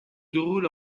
déroule